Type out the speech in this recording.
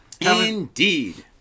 Indeed